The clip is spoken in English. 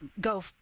go